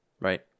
right